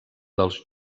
dels